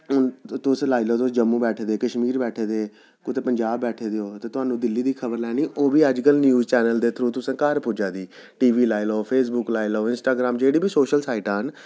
हून तुस लाई लैओ तुस जम्मू बैठे दे कशमीर बैठे दे कुतै पंजाब बैठे दे ओ ते थाह्नूं दिल्ली दी खबर लैनी ओह् बी अज्ज कल न्यूज़ चैनल दे थ्रू तुसें घर पुज्जा दी टी वी लाई लैओ फेसबुक लाई लैओ इंस्टाग्राम लाई लैओ जेह्ड़ी बी सोशल साइटां न